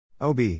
OB